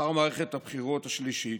לאחר מערכת הבחירות השלישית,